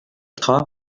tra